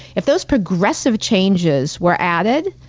if those progressive changes were added,